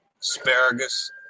asparagus